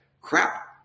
crap